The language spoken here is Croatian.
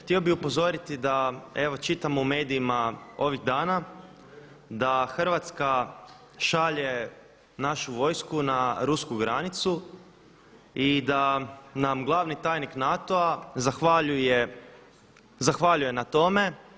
Htio bih upozoriti da evo čitamo u medijima ovih dana da Hrvatska šalje našu vojsku na rusku granicu i da nam glavni tajnik NATO-a zahvaljuje na tome.